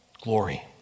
Glory